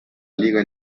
liga